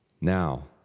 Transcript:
Now